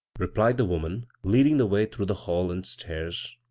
replied the woman, leading the way through the hall and stairs.